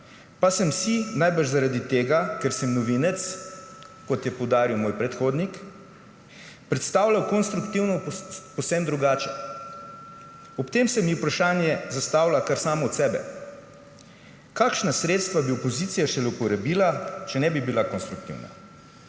pa sem si, najbrž zaradi tega, ker sem novinec, kot je poudaril moj predhodnik, predstavljal konstruktivnost povsem drugače. Ob tem se mi vprašanje zastavlja kar samo od sebe, kakšna sredstva bi opozicija šele uporabila, če ne bi bila konstruktivna.